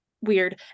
weird